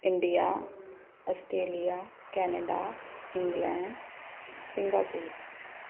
India Australia Canada England Singapore